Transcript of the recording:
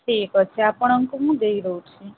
ଠିକ୍ ଅଛି ଆପଣଙ୍କୁ ମୁଁ ଦେଇଦେଉଛି